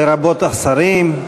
לרבות השרים.